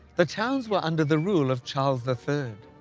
the towns were under the rule of charles the third.